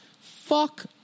Fuck